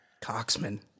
coxman